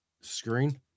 screen